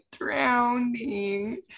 drowning